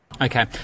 Okay